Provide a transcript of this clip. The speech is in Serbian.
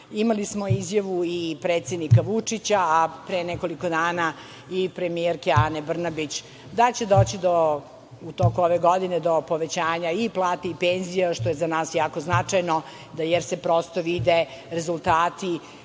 nas. Imali smo izjavu i predsednika Vučića, a pre nekoliko dana i premijerke Ane Brnabić da će doći u toku ove godine do povećanja i plata i penzija, što je za nas jako značajno, da se prosto vide rezultati